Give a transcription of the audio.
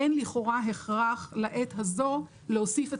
אין לכאורה הכרח לעת הזו להוסיף את